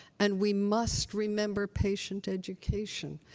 and we must remember patient education.